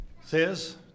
says